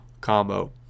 combo